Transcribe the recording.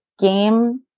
game